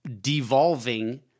devolving